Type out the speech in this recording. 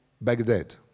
Baghdad